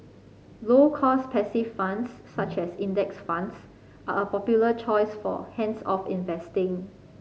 low cost passive funds such as Index Funds are a popular choice for hands off investing